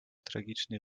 tragiczny